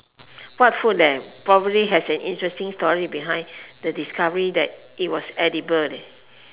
what food that probably has an interesting story behind the discovery that it was edible